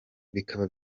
bikaba